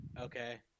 Okay